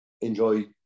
enjoy